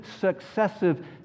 successive